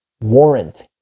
warrant